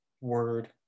word